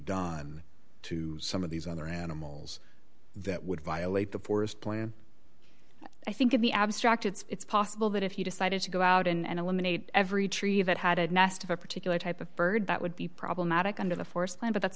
done to some of these other animals that would violate the forest plan i think in the abstract it's possible that if you decided to go out and eliminate every tree that had a nest of a particular type of bird that would be problematic under the forest plan but that's